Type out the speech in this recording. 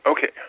Okay